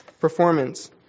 performance